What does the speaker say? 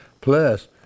Plus